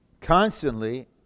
constantly